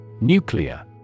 Nuclear